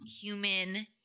human